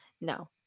no